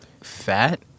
fat